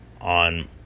on